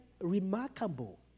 remarkable